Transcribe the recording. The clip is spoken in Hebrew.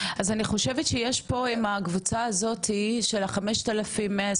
אז אני חושבת שיש פה עם הקבוצה הזאת של ה- 5,129,